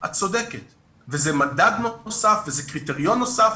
את צודקת וזה מדד נוסף וזה קריטריון נוסף